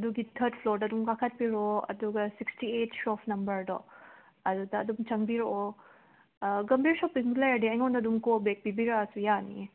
ꯑꯗꯨꯒꯤ ꯊꯥꯔꯗ ꯐ꯭ꯂꯣꯔꯗ ꯑꯗꯨꯝ ꯀꯥꯈꯠꯄꯤꯔꯛꯑꯣ ꯑꯗꯨꯒ ꯁꯤꯛꯁꯇꯤ ꯑꯩꯠ ꯁꯣꯞ ꯅꯝꯕꯔꯗꯣ ꯑꯗꯨꯗ ꯑꯗꯨꯝ ꯆꯪꯕꯤꯔꯛꯑꯣ ꯒꯝꯕꯤꯔ ꯁꯣꯞꯄꯤꯡꯗ ꯂꯩꯔꯗꯤ ꯑꯩꯉꯣꯟꯗ ꯑꯗꯨꯝ ꯀꯣꯜ ꯕꯦꯛ ꯄꯤꯕꯤꯔꯛꯑꯁꯨ ꯌꯥꯅꯤꯌꯦ